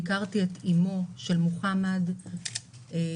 ביקרתי את אימו של מוחמד בג'לג'וליה,